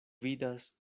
vidas